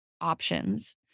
options